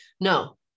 No